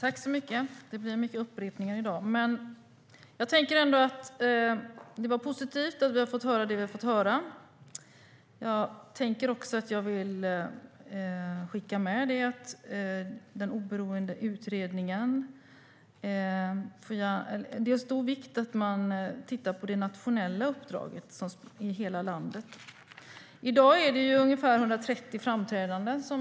Fru talman! Det har varit positivt att vi har fått höra det vi har fått höra. Jag vill skicka med att det är viktigt att den oberoende utredningen tittar på det nationella uppdraget i hela landet. I dag genomför Marinens Musikkår ungefär 130 framträdanden.